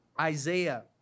Isaiah